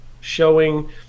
showing